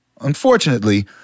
Unfortunately